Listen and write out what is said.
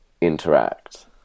interact